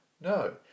No